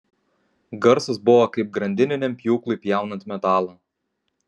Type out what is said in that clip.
garsas buvo kaip grandininiam pjūklui pjaunant metalą